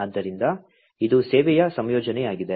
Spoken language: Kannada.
ಆದ್ದರಿಂದ ಇದು ಸೇವೆಯ ಸಂಯೋಜನೆಯಾಗಿದೆ